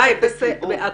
די, הבנו.